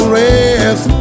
rest